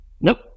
nope